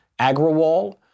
Agrawal